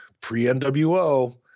pre-NWO